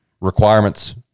requirements